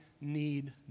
need